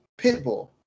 Pitbull